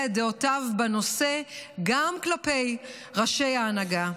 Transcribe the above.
את דעותיו בנושא גם כלפי ראשי ההנהגה.